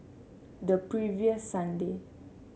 the previous Sunday